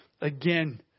Again